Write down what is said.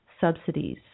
subsidies